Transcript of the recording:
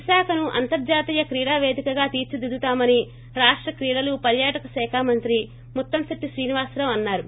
విశాఖను అంతర్జాతీయ క్రీడాపేదికగా తీర్చిదిద్దుతామని రాష్ట క్రీడలు పర్యాటక శాఖ మంత్రి ముత్తంశిట్టి శ్రీనివాసరావు అన్నారు